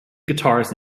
guitarist